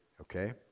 Okay